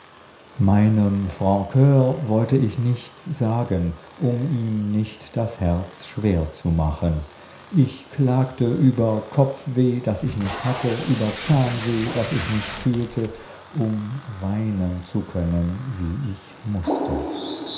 meinem francr wollte ich nichts sagen um ihm nicht das herz schwer zu machen ich klagte über kopfweh das ich nicht hatte über zahnweh das ich nicht fühlte um weinen zu können wie ich mußte